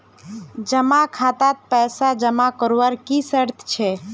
जमा खातात पैसा जमा करवार की शर्त छे?